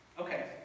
okay